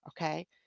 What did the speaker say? Okay